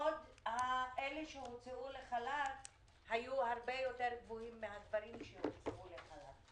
האחוז של הנשים שהוצאו לחל"ת היה יותר גבוה מאחוז הגברים שהוצאו לחל"ת.